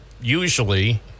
usually